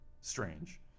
strange